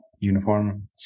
Uniform